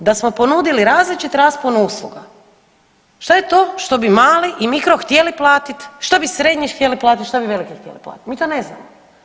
Mi ne znamo da smo ponudili različit raspon usluga što je to što bi mali i mikro htjeli platiti, što bi srednji htjeli platiti, što bi veliki htjeli platiti mi to ne znamo.